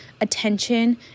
attention